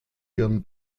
ihren